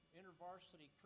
InterVarsity